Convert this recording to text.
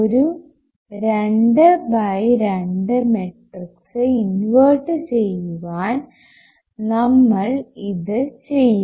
ഒരു 2 by 2 matrix invert ചെയ്യുവാൻ നമ്മൾ ഇത് ചെയ്യും